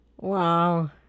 Wow